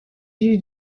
you